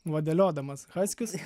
vadeliodamas haskius